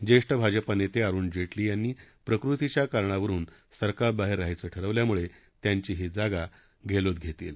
ज्येष्ठ भाजपा नेते अरुण जेटली यांनी प्रकृतिच्या कारणावरुन सरकारबाहेर रहायचं ठरवल्यामुळे त्यांची जागा गेहलोत घेतील